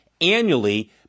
annually